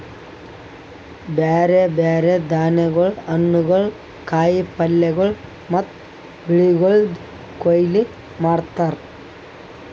ಬ್ಯಾರೆ ಬ್ಯಾರೆ ಧಾನ್ಯಗೊಳ್, ಹಣ್ಣುಗೊಳ್, ಕಾಯಿ ಪಲ್ಯಗೊಳ್ ಮತ್ತ ಬೆಳಿಗೊಳ್ದು ಕೊಯ್ಲಿ ಮಾಡ್ತಾರ್